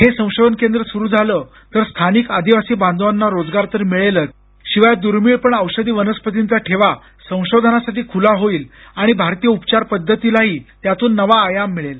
हे संशोधन केंद्र सुरु झालं तर स्थानिक आदिवासी बांधवाना रोजगार तर मिळेलच शिवाय दुर्मिळ पण औषधी वनस्पतींचा ठेवा संशोधनासाठी खुला होईल आणि भारतीय उपचार पद्धतीलाही त्यातून नवा आयाम मिळेल